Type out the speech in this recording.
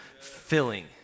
filling